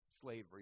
slavery